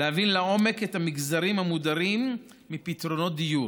להבין לעומק את המגזרים המודרים מפתרונות דיור,